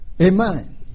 Amen